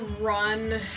run